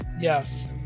Yes